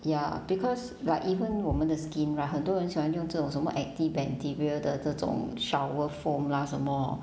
ya because like even 我们的 skin right 很多人喜欢用这种什么 antibacterial 的这种 shower foam lah 什么